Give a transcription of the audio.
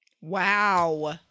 Wow